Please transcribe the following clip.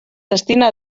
destina